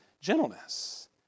gentleness